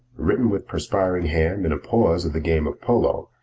written with perspiring hand in a pause of the game of polo,